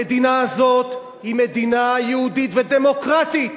המדינה הזאת היא מדינה יהודית ודמוקרטית,